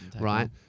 right